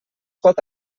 pot